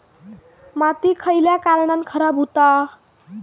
माती खयल्या कारणान खराब हुता?